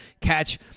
Catch